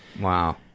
wow